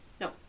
No